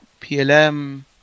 PLM